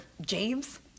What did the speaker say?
James